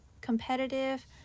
competitive